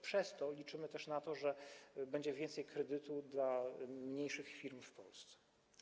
Przez to liczymy też na to, że będzie więcej kredytu dla mniejszych firm w Polsce.